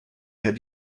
had